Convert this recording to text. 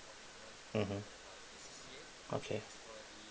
mmhmm okay